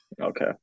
Okay